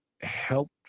helped